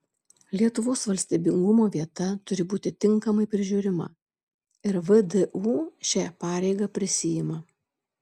lietuvos valstybingumo vieta turi būti tinkamai prižiūrima ir vdu šią pareigą prisiima